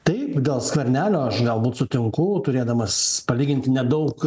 taip dėl skvernelio aš galbūt sutinku turėdamas palyginti nedaug